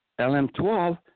LM12